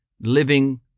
living